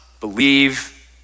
believe